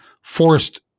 forced